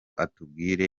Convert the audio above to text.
atubwire